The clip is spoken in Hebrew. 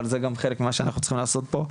אבל זה גם חלק ממה שאנחנו צריכים לעשות פה,